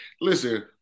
listen